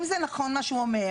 אם זה נכון, מה שהוא אומר,